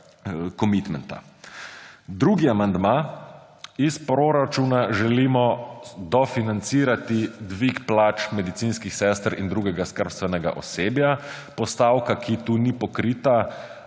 commitmenta. Drugi amandma. Iz proračuna želimo dofinancirati dvig plač medicinskih sester in drugega skrbstvenega osebja. Postavka, ki tu ni pokrita,